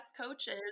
coaches